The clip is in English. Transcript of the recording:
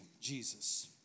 Jesus